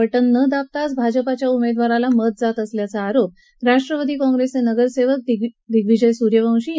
button न दाबताच भाजपाच्या उमेदवारास मत जात असल्याचा आरोप राष्ट्रवादी कॉंप्रेसचे नगरसेवक दिग्विजय सूर्यवंशी यांनी केला होता